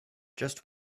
just